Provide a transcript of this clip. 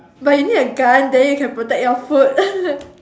but you need a gun then you can protect your food